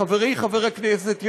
חברי חבר הכנסת יוסי,